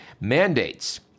mandates